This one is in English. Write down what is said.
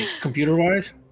computer-wise